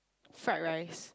fried rice